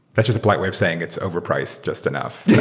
that's just a polite way of saying it's overpriced just enough. yeah